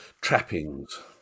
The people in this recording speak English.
trappings